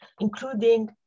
including